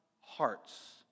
hearts